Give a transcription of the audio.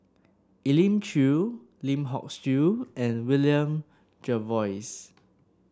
Elim Chew Lim Hock Siew and William Jervois